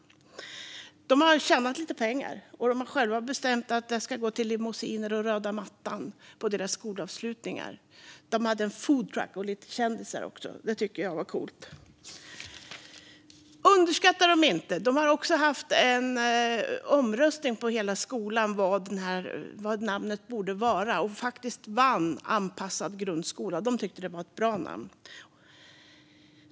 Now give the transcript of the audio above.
De har tjänat lite pengar, och de har själva bestämt att de ska gå till limousiner och röda mattan på deras skolavslutningar. De hade också en food truck och lite kändisar. Det tycker jag var coolt. Underskatta dem inte! Hela skolan har också haft en omröstning om vad namnet borde vara, och faktiskt vann Anpassad grundskola. De tyckte att det var ett bra namn.